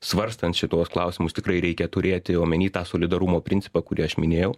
svarstant šituos klausimus tikrai reikia turėti omeny tą solidarumo principą kurį aš minėjau